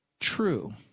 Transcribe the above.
true